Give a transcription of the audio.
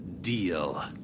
Deal